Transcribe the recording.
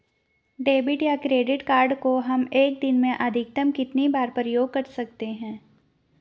Debit या credit card को हम एक दिन में अधिकतम कितनी बार प्रयोग कर सकते हैं?